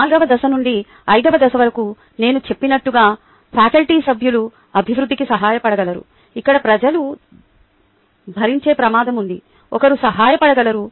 4 వ దశ నుండి 5 వ దశ వరకు నేను చెప్పినట్లుగా ఫ్యాకల్టీ సభ్యులు అభివృద్ధికి సహాయపడగలరు ఇక్కడ ప్రజలు భరించే ప్రమాదం ఉంది ఒకరు సహాయపడగలరు